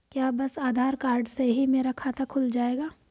क्या बस आधार कार्ड से ही मेरा खाता खुल जाएगा?